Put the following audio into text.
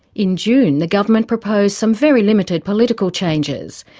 in june, the government proposed some very limited political changes.